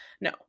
No